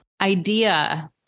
idea